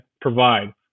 provide